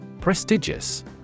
Prestigious